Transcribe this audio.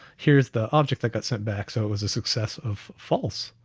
here's the object that got sent back. so it was a success of false.